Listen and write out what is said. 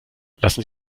lassen